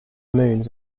moons